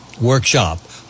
workshop